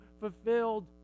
fulfilled